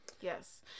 Yes